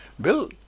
Bill